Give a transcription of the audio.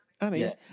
Annie